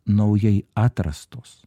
naujai atrastos